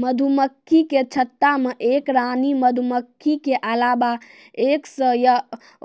मधुमक्खी के छत्ता मे एक रानी मधुमक्खी के अलावा एक सै या